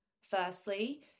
Firstly